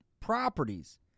properties